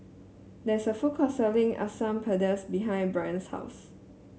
there is a food court selling Asam Pedas behind Brant's house